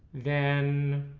then